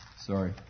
Sorry